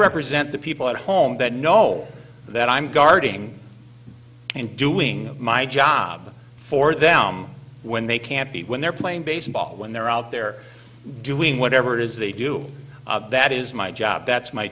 represent the people at home that know that i'm guarding and doing my job for them when they can't be when they're playing baseball when they're out there doing whatever it is they do that is my job that's my